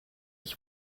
ich